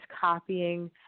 copying